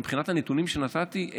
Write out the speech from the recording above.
מבחינת הנתונים שנתתי,